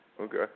Okay